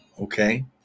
Okay